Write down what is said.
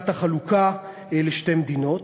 בעד הצעת החלוקה לשתי מדינות.